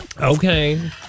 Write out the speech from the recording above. okay